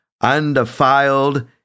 undefiled